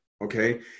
okay